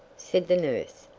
said the nurse.